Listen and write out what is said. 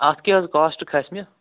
اَتھ کیٛاہ حظ کاسٹ کھَسہِ مےٚ